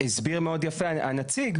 הסביר מאוד יפה הנציג,